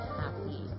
happy